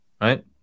right